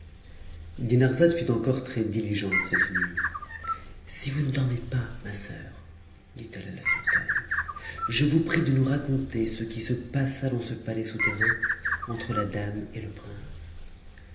dinarzade fut encore très diligente cette nuit si vous ne dormez pas ma soeur dit-elle à la sultane je vous prie de nous raconter ce qui se passa dans ce palais souterrain entre la dame et le prince